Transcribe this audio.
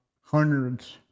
hundreds